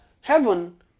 heaven